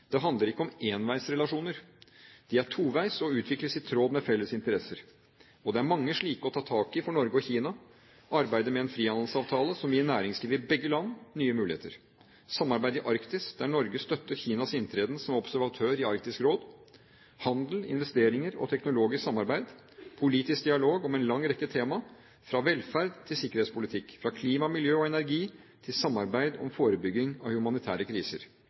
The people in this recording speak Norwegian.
Det handler ikke om enveisrelasjoner. De er toveis og utvikles i tråd med felles interesser. Og det er mange slike å ta tak i for Norge og Kina: arbeidet med en frihandelsavtale, som vil gi næringsliv i begge land nye muligheter samarbeidet i Arktis, der Norge støtter Kinas inntreden som observatør i Arktisk råd handel, investeringer og teknologisk samarbeid politisk dialog om en lang rekke tema – fra velferd til sikkerhetspolitikk, fra klima, miljø og energi til samarbeid om forebygging av humanitære kriser